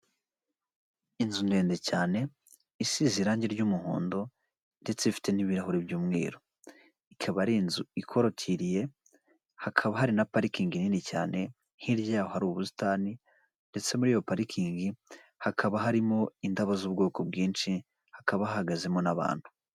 Inzu ndende cyane isize irangi ry'umuhondo ndetse ifite n'ibirahuri by'umweru ikaba ari inzu ikoritiriye hakaba hari na parikingi nini cyane hirya yaho hari ubusitani ndetse muri iyo parikingi hakaba harimo indabo z'ubwoko bwinshi hakaba hahagazemo n'abantu.